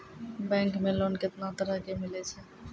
Bank मे loan कैतना तरह के मिलै छै?